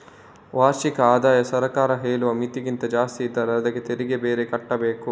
ವಾರ್ಷಿಕ ಆದಾಯ ಸರ್ಕಾರ ಹೇಳುವ ಮಿತಿಗಿಂತ ಜಾಸ್ತಿ ಇದ್ರೆ ಅದ್ಕೆ ತೆರಿಗೆ ಬೇರೆ ಕಟ್ಬೇಕು